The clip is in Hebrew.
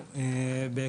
מובן.